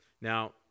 Now